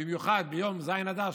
בייחוד ביום ז' באדר,